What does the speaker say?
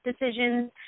decisions